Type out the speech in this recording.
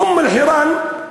אום-אלחיראן,